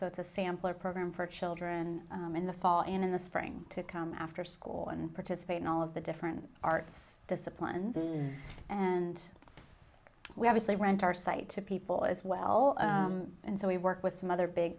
it's a sampler program for children in the fall and in the spring to come after school and participate in all of the different arts disciplines and we have as they went our site people as well and so we work with some other big